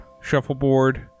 Shuffleboard